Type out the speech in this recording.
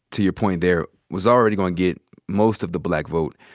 to your point there, was already gonna get most of the black vote,